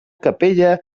capella